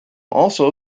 also